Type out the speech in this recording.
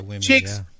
Chicks